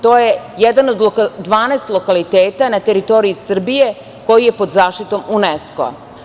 To je jedan od 12 lokaliteta na teritoriji Srbije koji je pod zaštitom UNESKO-a.